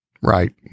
Right